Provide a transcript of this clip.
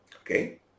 Okay